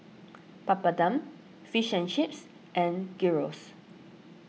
Papadum Fish and Chips and Gyros